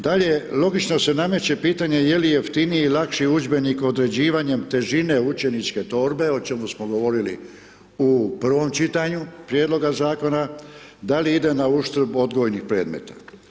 Dalje, logično se nameće pitanje je li jeftiniji i lakši udžbenik određivanjem težine učeničke torbe o čemu smo govorili u 1. čitanju prijedloga zakona, da li ide na uštrb odgojnih predmeta.